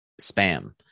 spam